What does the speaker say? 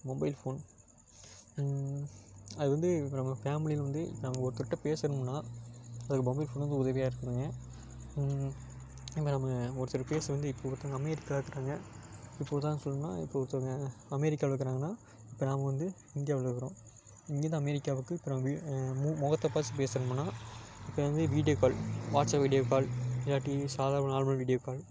mobile phone அது வந்து இப்போ நம்ம ஃபேமிலியில் வந்து நம்ம ஒருத்தர்கிட்ட பேசணும்னால் அதுக்கு மொபைல் போன் வந்து உதவியா இருக்குங்க இப்போ நம்ம ஒருத்தர் ஃபேஸை வந்து இப்போ ஒருத்தங்க அமெரிக்காவில் இருக்காங்க இப்போது உதாரணத்துக்கு சொல்லணுன்னால் இப்போது ஒருத்தங்க அமெரிக்காவில் இருக்கிறாங்கனா இப்போ நாம் வந்து இந்தியாவில் இருக்கிறோம் இங்கேயிருந்து அமெரிக்காவுக்கு மு முகத்த பார்த்து பேசணும்னால் இப்போ வந்து video call WhatsApp video call இல்லாட்டி சாதாரணமான நார்மல் வீடியோ கால்